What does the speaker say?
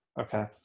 Okay